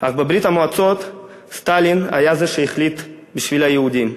אך בברית-המועצות סטלין הוא שהחליט בשביל היהודים.